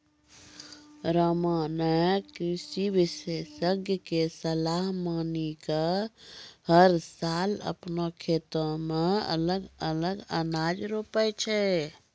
रामा नॅ कृषि विशेषज्ञ के सलाह मानी कॅ हर साल आपनों खेतो मॅ अलग अलग अनाज रोपै छै